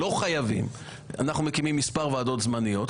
אנחנו מקימים מספר ועדות זמניות,